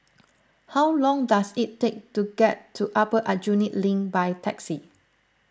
how long does it take to get to Upper Aljunied Link by taxi